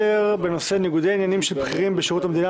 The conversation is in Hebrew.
בנושא ניגודי עניינים של בכירים בשירות המדינה",